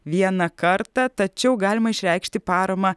vieną kartą tačiau galima išreikšti paramą